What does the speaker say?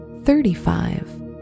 thirty-five